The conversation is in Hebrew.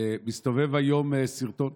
מסתובב היום סרטון